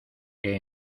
que